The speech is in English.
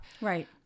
Right